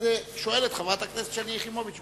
אז שואלת חברת הכנסת שלי יחימוביץ,